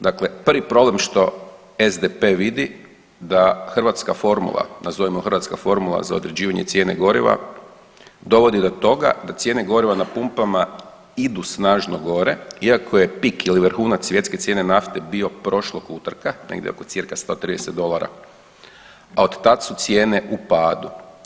Dakle, prvi problem što SDP vidi da hrvatska formula, nazovimo hrvatska formula za određivanje cijene goriva dovodi do toga da cijene goriva na pumpama idu snažno gore iako je pik ili vrhunac svjetske cijene nafte bio prošlog utorka negdje oko cca 130 dolara, a od tad su cijene u padu.